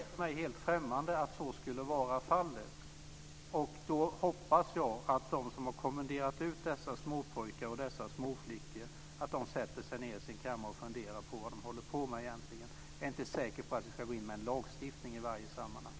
Fru talman! Igen vill jag säga att det är mig helt främmande att så skulle vara fallet. Jag hoppas att de som har kommenderat ut dessa småpojkar och dessa småflickor sätter sig ned på sin kammare och funderar på vad det är de egentligen håller på med. Jag är inte säker på att vi ska gå in med lagstiftning i varje sammanhang.